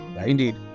Indeed